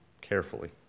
carefully